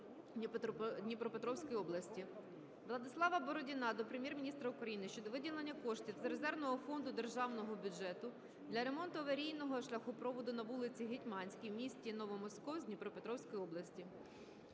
Дніпропетровської області. Владислава Бородіна до Прем'єр-міністра України щодо виділення коштів з резервного фонду державного бюджету для ремонту аварійного шляхопроводу по вулиці Гетьманській в місті Новомосковськ Дніпропетровської області.